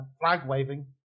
flag-waving